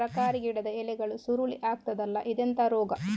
ತರಕಾರಿ ಗಿಡದ ಎಲೆಗಳು ಸುರುಳಿ ಆಗ್ತದಲ್ಲ, ಇದೆಂತ ರೋಗ?